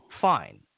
Fine